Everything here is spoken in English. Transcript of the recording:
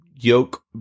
yoke